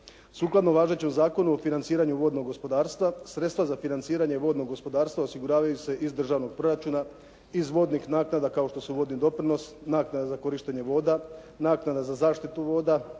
Sukladno važećem Zakonu o financiranju vodnog gospodarstva sredstva za financiranje vodnog gospodarstva osiguravaju se iz državnog proračuna iz vodnih naknada kao što su vodni doprinos, naknada za korištenje voda, naknada za zaštitu voda,